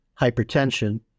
hypertension